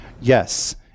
yes